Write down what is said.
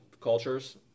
cultures